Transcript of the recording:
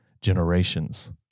generations